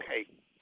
Okay